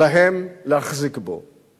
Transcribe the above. להם להחזיק בו?